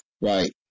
Right